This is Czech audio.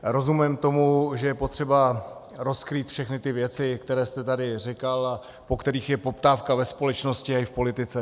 Rozumím tomu, že je potřeba rozkrýt všechny ty věci, které jste tady říkal a po kterých je poptávka ve společnosti i v politice.